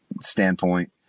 standpoint